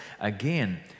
Again